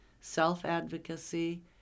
self-advocacy